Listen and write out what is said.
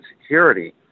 security